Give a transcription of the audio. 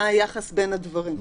מה היחס בין הדברים.